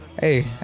Hey